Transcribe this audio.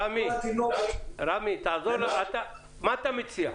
רמי, מה אתה מציע?